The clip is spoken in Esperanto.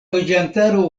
loĝantaro